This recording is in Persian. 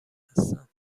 هستم